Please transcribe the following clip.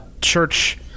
church